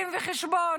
דין וחשבון.